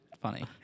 funny